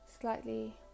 slightly